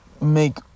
make